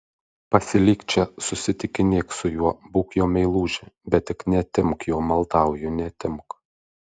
pasilik čia susitikinėk su juo būk jo meilužė bet tik neatimk jo maldauju neatimk